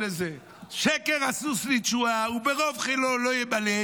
"שקר הסוס לתשועה וברב חילו לא ימלט.